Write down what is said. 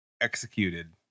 executed